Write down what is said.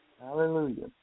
Hallelujah